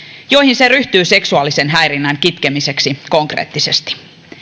joihin se ryhtyy seksuaalisen häirinnän kitkemiseksi konkreettisesti